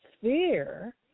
fear